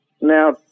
Now